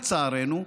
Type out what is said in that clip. לצערנו,